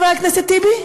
חבר הכנסת טיבי?